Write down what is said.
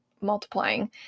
multiplying